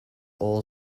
all